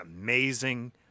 amazing